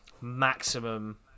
maximum